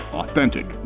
authentic